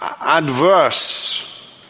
adverse